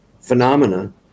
Phenomena